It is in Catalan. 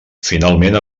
finalment